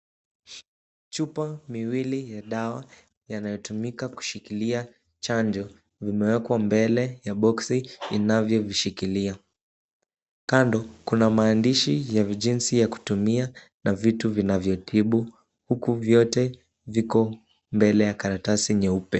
Chupa miwili ya dawa yanatumika kushikilia chanjo imewekwa mbele ya boksi inavyovishikilia. Kando kuna maandishi ya jinsi ya kutumia na vitu vinavyotibu huku vyote viko mbele ya karatasi nyeupe.